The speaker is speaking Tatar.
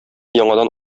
яңадан